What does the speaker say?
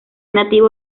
nativo